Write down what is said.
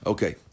Okay